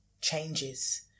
changes